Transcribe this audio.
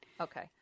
Okay